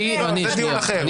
זה דיון אחר.